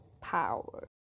power